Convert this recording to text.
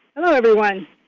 hello everyone.